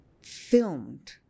filmed